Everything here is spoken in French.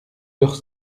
leurs